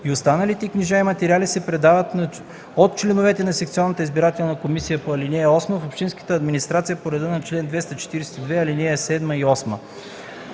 и останалите книжа и материали се предават от членовете на секционната избирателна комисия по ал. 8 в общинската администрация по реда на чл. 242, ал. 7 и 8.